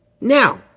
now